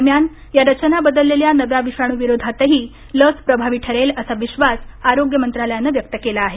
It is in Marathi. दरम्यान या रचना बदललेल्या नव्या विषाणूविरोधातही लस प्रभावी ठरेल असा विश्वास आरोग्य मंत्रालयानं व्यक्त केला आहे